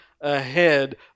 ahead